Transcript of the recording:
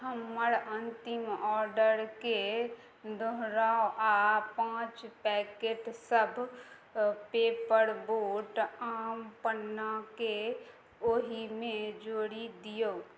हमर अन्तिम ऑर्डरके दोहराउ आओर पाँच पैकेट सभ पेपर बोट आम पन्नाके ओहिमे जोड़ि दियौ